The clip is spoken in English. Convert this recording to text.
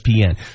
ESPN